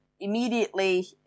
immediately